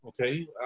Okay